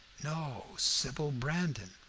no sybil brandon.